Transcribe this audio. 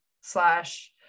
slash